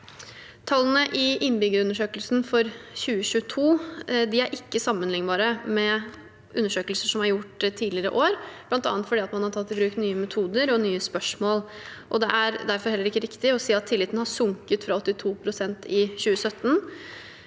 Tallene i innbyggerundersøkelsen for 2022 er ikke sammenlignbare med undersøkelser som er gjort tidligere år, bl.a. fordi man har tatt i bruk nye metoder og nye spørsmål. Det er derfor heller ikke riktig å si at tilliten har sunket fra 82 pst. i 2017.